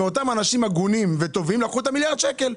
זה אומר שמאותם אנשים הגונים וטובים לקחו את המיליארד שקל.